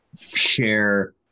share